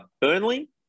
Burnley